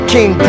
King